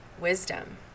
wisdom